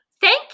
Thank